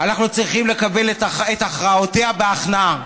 אנחנו צריכים לקבל את הכרעותיה בהכנעה.